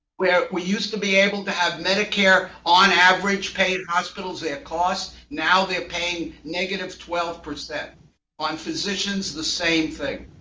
where we used to be able to have medicare, on average, pay at hospitals their costs, now they're paying negative twelve. on physicians, the same thing.